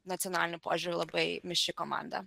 nacionaliniu požiūriu labai mišri komanda